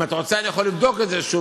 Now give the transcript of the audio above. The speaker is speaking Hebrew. אם אתה רוצה אני יכול לבדוק את זה שוב,